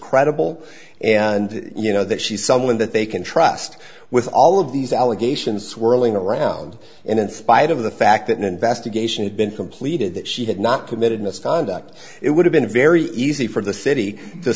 credible and you know that she's someone that they can trust with all of these allegations swirling around and in spite of the fact that an investigation had been completed that she had not committed misconduct it would have been very easy for the city to